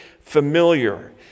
familiar